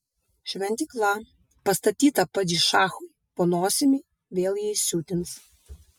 šventykla pastatyta padišachui po nosimi vėl jį įsiutins